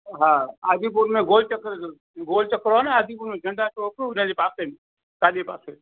हा आदिपुर में गोल चकिरे जो गोल चकिरो आहे न झंडा चौक उन जे पासे में साॼे पासे